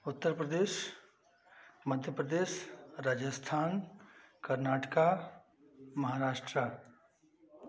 Uttar Pradesh Madhya Pradesh Rajasthan Karnataka Maharashtra